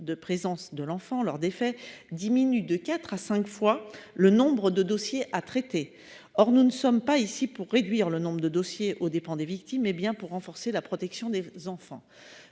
de présence de l'enfant lors des faits permet de diviser par quatre ou cinq le nombre de dossiers à traiter. Or nous ne sommes pas ici pour réduire le nombre de dossiers aux dépens des victimes, mais pour renforcer la protection des enfants